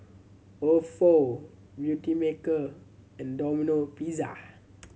Ofo Beautymaker and Domino Pizza